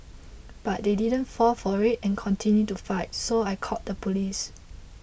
but they didn't fall for it and continued to fight so I called the police